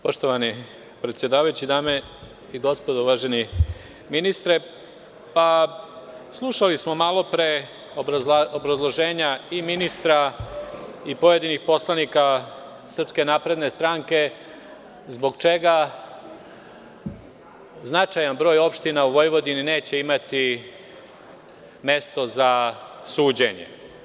Poštovani predsedavajući, dame i gospodo narodni poslanici, uvaženi ministre, slušali smo malopre obrazloženja i ministra i pojedinih poslanika SNS, zbog čega značajan broj opština u Vojvodini neće imati mesto za suđenje.